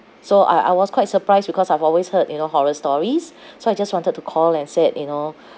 so I I was quite surprised because I've always heard you know horror stories so I just wanted to call and said you know